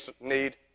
need